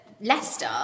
Leicester